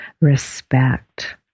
respect